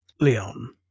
Leon